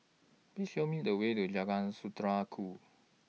Please Show Me The Way to Jalan Saudara Ku